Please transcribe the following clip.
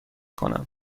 کنم